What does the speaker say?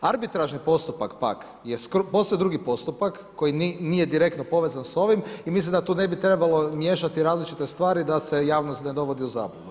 Arbitražni postupak pak je posve drugi postupak koji nije direktno povezan s ovim i mislim da tu ne bi trebalo miješati različite stvari da se javnost ne dovodi u zabludu.